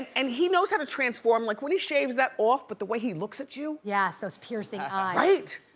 and he knows how to transform. like when he shaves that off, but the way he looks at you. yes, those piercing eyes. right?